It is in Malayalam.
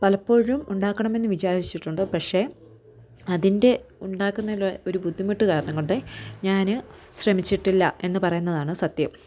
പലപ്പോഴും ഉണ്ടാക്കണമെന്ന് വിചാരിച്ചിട്ടുണ്ട് പക്ഷേ അതിൻ്റെ ഉണ്ടാക്കുന്നതിലെ ഒരു ബുദ്ധിമുട്ട് കാരണം കൊണ്ട് ഞാന് ശ്രമിച്ചിട്ടില്ല എന്ന് പറയുന്നതാണ് സത്യം